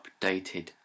updated